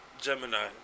Gemini